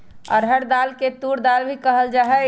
अरहर दाल के तूर दाल भी कहल जाहई